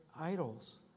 idols